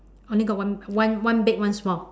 only got one one one big one small